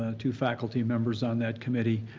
ah two faculty members on that committee.